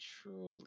truly